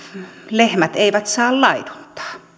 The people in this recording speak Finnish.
lehmät eivät saa laiduntaa